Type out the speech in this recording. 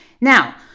Now